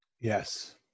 yes